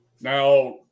now